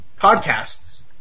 podcasts